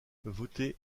voter